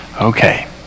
Okay